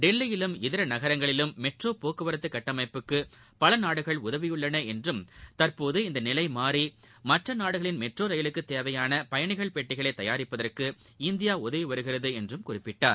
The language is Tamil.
டெல்லியிலும் இதர நகரங்களிலும் மெட்ரோ போக்குவரத்து கட்டமைப்புக்கு பல நாடுகள் உதவியுள்ளன என்றும் தற்போது இந்தநிலை மாறி மற்ற நாடுகளின் மெட்ரோ ரயிலுக்கு தேவையான பயணிகள் பெட்டிகளை தயாரிப்பதற்கு இந்தியா உதவி வருகிறது என்றும் குறிப்பிட்டார்